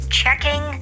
checking